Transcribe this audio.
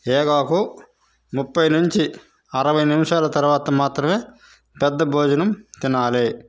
యోగాకు ముప్పై నుంచి అరవై నిమిషాల తర్వాత మాత్రమే పెద్ద భోజనం తినాలి